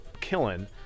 killing